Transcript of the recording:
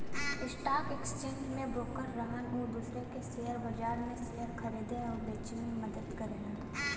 stock exchange में broker रहन उ दूसरे के शेयर बाजार में शेयर खरीदे आउर बेचे में मदद करेलन